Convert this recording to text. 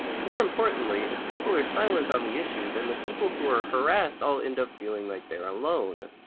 more importantly, if people are silent on the issue, then the people who are harassed all end up feeling like they're alone.